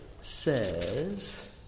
says